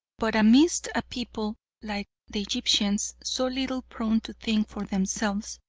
but amidst a people like the egyptians, so little prone to think for themselves,